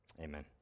Amen